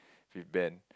with Ben